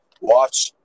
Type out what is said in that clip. watch